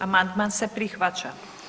Amandman se prihvaća.